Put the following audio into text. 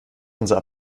unsere